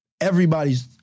everybody's